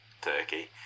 Turkey